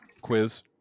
quiz